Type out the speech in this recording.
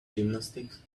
gymnastics